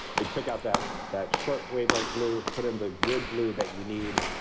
we took out that that shortwave like blue, put in the good blue that you need,